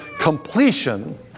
completion